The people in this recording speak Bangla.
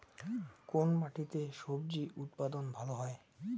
কোন মাটিতে স্বজি উৎপাদন ভালো হয়?